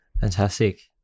Fantastic